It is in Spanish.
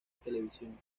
televisión